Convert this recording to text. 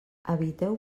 eviteu